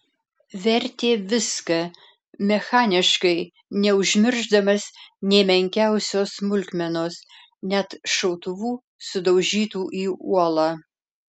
vertė viską mechaniškai neužmiršdamas nė menkiausios smulkmenos net šautuvų sudaužytų į uolą